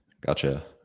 gotcha